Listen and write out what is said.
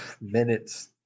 minutes